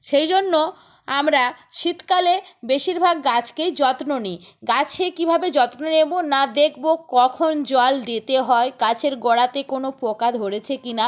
সেই জন্য আমরা শীতকালে বেশিরভাগ গাছকেই যত্ন নিই গাছে কীভাবে যত্ন নেব না দেখব কখন জল দিতে হয় গাছের গোড়াতে কোনো পোকা ধরেছে কি না